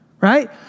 right